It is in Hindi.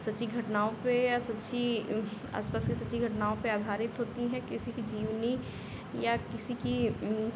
सच्ची घटनाओं पर या सच्ची आ सच्ची सच्ची घटनाओं पर आधारित होती हैं किसी की जीवनी या किसी की